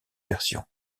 version